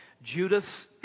Judas